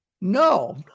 No